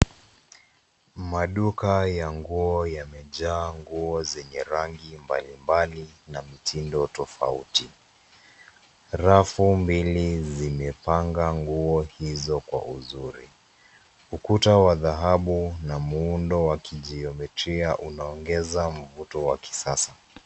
Maduka ya nguo yamejaa nguo zenye rangi mbalimbali na mitindo tofauti, rafu mbili zimepanga nguo hizo kwa uzuri, ukuta wa dhahabu na muundo wa kijiometria unaongeza mvuto wa kisasa.